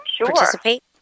participate